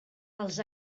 els